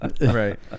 Right